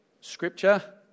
scripture